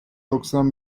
doksan